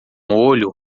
olho